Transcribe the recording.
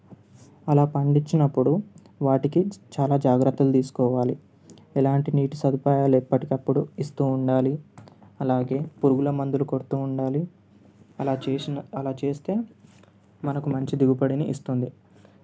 అలా పండించినప్పుడు వాటికి చాలా జాగ్రత్తలు తీసుకోవాలి ఎలాంటి నీటి సదుపాయాలు ఎప్పటికప్పుడు ఇస్తు ఉండాలి అలాగే పురుగుల మందులు కొడుతు ఉండాలి అలా చేసిన అలా చేస్తే మనకు మంచి దిగుబడిని ఇస్తుంది